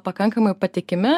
pakankamai patikimi